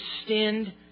extend